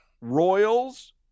Royals